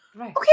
Okay